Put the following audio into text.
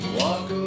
walk